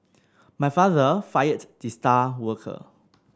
my father fired the star worker